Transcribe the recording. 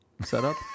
setup